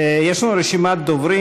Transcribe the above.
יש לנו רשימת דוברים.